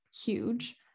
huge